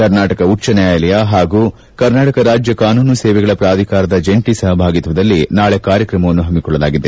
ಕರ್ನಾಟಕ ಉಜ್ಞ ನ್ಯಾಯಾಲಯ ಹಾಗೂ ಕರ್ನಾಟಕ ರಾಜ್ಞ ಕಾನೂನು ಸೇವೆಗಳ ಪ್ರಾಧಿಕಾರದ ಜಂಟಿ ಸಹಭಾಗಿತ್ವದಲ್ಲಿ ನಾಳೆ ಕಾರ್ಯಕ್ರಮವನ್ನು ಹಮ್ನಿಕೊಳ್ಳಲಾಗಿದೆ